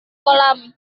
kolam